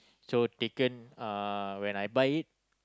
so taken uh when I buy it